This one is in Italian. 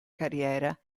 carriera